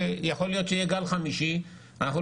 יכול להיות שיהיה גל חמישי --- כן,